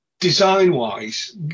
Design-wise